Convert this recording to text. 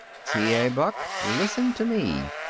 t. a. buck, listen to me.